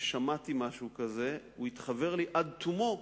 שמעתי משהו כזה, הוא התחוור לי עד תומו,